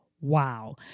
Wow